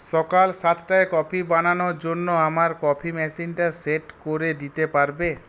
সকাল সাতটায় কফি বানানোর জন্য আমার কফি মেশিনটা সেট করে দিতে পারবে